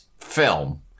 film